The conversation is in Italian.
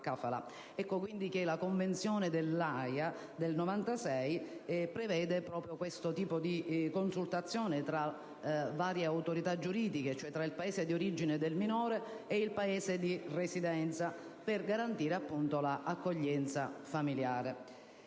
La Convenzione dell'Aja del 1996 prevede proprio questo tipo di consultazione tra varie autorità del Paese di origine del minore e del Paese di residenza, per garantire l'accoglienza familiare.